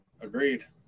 Agreed